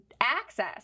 access